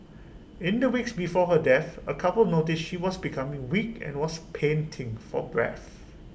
in the weeks before her death A couple noticed she was becoming weak and was panting for breath